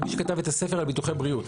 ומי שכתב את הספר על ביטוחי בריאות.